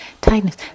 Tightness